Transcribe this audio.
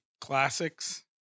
classics